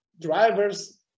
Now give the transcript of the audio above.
drivers